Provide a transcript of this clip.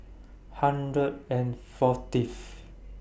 hundred and fortieth